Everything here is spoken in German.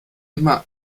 immer